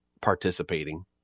participating